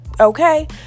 Okay